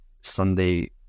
Sunday